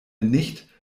nicht